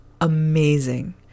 amazing